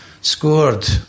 scored